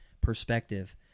perspective